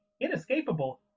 inescapable